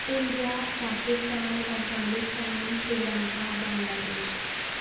India Pakistan Afghanistan Sri Lanka بنگلہ دیش